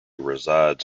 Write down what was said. resides